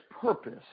purpose